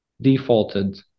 defaulted